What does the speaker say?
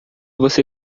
você